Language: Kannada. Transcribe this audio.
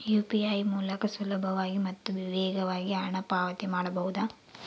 ಯು.ಪಿ.ಐ ಮೂಲಕ ಸುಲಭವಾಗಿ ಮತ್ತು ವೇಗವಾಗಿ ಹಣ ಪಾವತಿ ಮಾಡಬಹುದಾ?